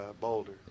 Boulder